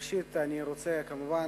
ראשית אני רוצה, כמובן,